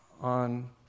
on